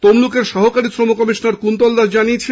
তমলুকের সহকারী শ্রম কমিশনার কন্তল দাস জানিয়েছেন